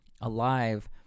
alive